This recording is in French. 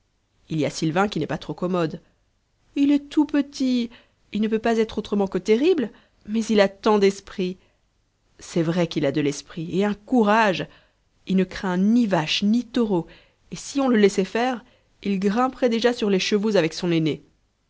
il y a sylvain qui n'est pas trop commode il est tout petit il ne peut pas être autrement que terrible mais il a tant d'esprit c'est vrai qu'il a de l'esprit et un courage il ne craint ni vaches ni taureaux et si on le laissait faire il grimperait déjà sur les chevaux avec son aîné